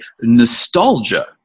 nostalgia